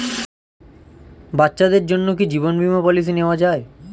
বাচ্চাদের জন্য কি জীবন বীমা পলিসি নেওয়া যায়?